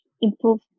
improve